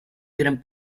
gran